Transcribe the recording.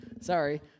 Sorry